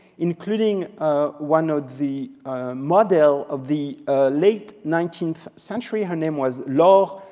including ah one of the model of the late nineteenth century. her name was laure.